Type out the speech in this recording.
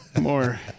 more